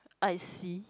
I see